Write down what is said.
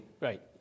Right